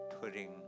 putting